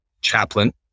chaplain